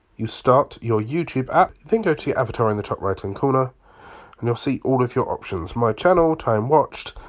you start your youtube app then go to your avatar in the top right hand corner and you'll see all of your options. my channel, time watched,